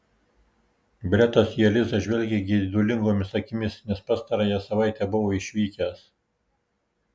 bretas į elizą žvelgė geidulingomis akimis nes pastarąją savaitę buvo išvykęs